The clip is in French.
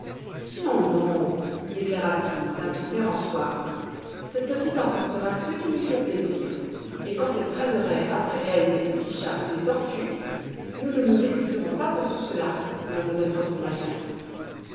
non non déclara-t-il d'un ton péremptoire cette petite emportera ce qui lui fait plaisir et quand elle traînerait après elle des petits chats ou des tortues nous ne nous exciterons pas pour tout cela